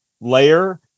layer